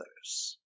others